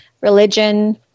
religion